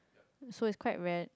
so it's quite rare